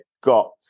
got